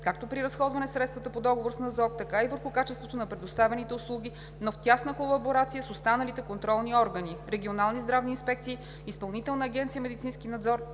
както при разходване средствата по договор с НЗОК, така и върху качеството на предоставяните услуги, но в тясна колаборация с останалите контролни органи – Регионални здравни инспекции, Изпълнителна агенция „Медицински надзор“,